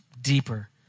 deeper